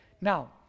Now